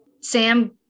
Sam